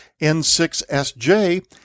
N6SJ